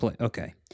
Okay